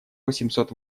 восемьсот